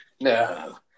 No